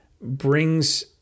brings